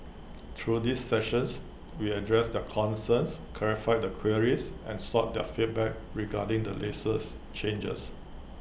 through these sessions we addressed their concerns clarified their queries and sought their feedback regarding the changes